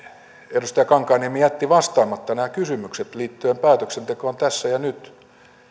edustaja kankaanniemi jätti vastaamatta näihin kysymyksiin liittyen päätöksentekoon tässä ja nyt